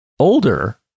older